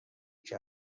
کرد